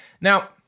Now